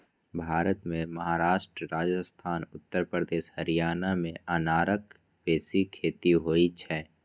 भारत मे महाराष्ट्र, राजस्थान, उत्तर प्रदेश, हरियाणा मे अनारक बेसी खेती होइ छै